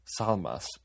Salmas